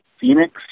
Phoenix